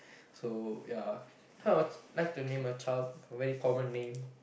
so yeah I would like to name a child a very common name